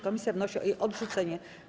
Komisja wnosi o jej odrzucenie.